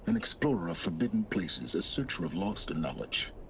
an explorer of forbidden places, a searcher of lost knowledge.